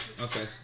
Okay